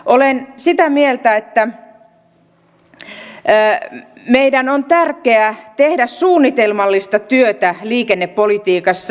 olen sitä mieltä että meidän on tärkeää tehdä suunnitelmallista työtä liikennepolitiikassa